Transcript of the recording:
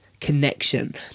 connection